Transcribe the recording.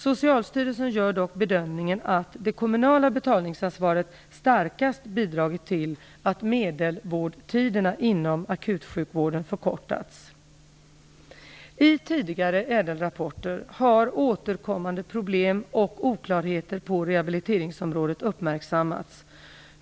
Socialstyrelsen gör dock bedömningen att det kommunala betalningsansvaret starkast bidragit till att medelvårdtiderna inom akutsjukvården förkortats. I tidigare ÄDEL-rapporter har återkommande problem och oklarheter på rehabiliteringsområdet uppmärksammats.